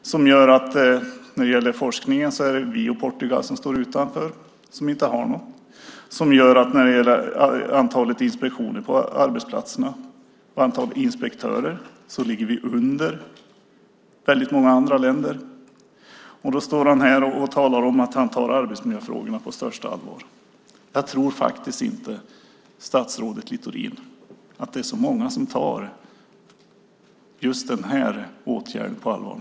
Detta gör att när det gäller forskning är det vi och Portugal som står utanför och inte har någon. När det gäller antalet inspektioner på arbetsplatserna och antalet inspektörer ligger vi under väldigt många andra länder. Och så står han här och talar om att han tar arbetsmiljöfrågorna på största allvar. Jag tror faktiskt inte, statsrådet Littorin, att det är så många som tar just den här åtgärden på allvar.